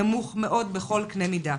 נמוך מאוד בכל קנה מידה.